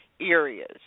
areas